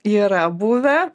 yra buvę